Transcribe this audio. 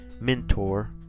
mentor